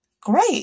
great